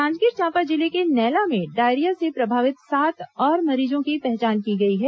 जांजगीर चांपा जिले के नैला में डायरिया से प्रभावित सात और मरीजों की पहचान की गई है